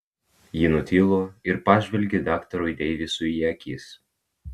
ji nutilo ir pažvelgė daktarui deivisui į akis